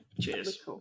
cheers